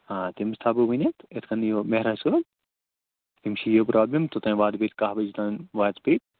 آ تٔمِس تھاو بہٕ ؤنِتھ یِتھ کَن ییٖوٕ معراج صٲب تٔمِس چھِ یہِ پرٛابلِم توٚتام واتہٕ بہٕ تہِ کَہہ بجے تام واتہٕ